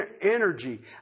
energy